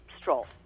Stroll